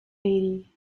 eighty